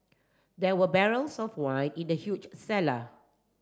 there were barrels of wine in the huge cellar